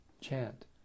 chant